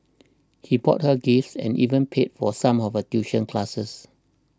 he bought her gifts and even paid for some of her tuition classes